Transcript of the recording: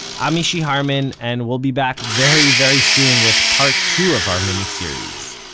i'm mishy harman, and we'll be back very very soon with part two of our mini-series.